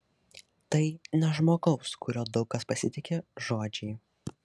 tai ne žmogaus kuriuo daug kas pasitiki žodžiai